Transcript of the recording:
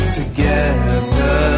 together